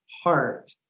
heart